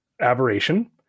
aberration